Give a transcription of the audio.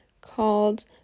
called